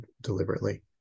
deliberately